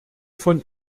von